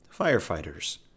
firefighters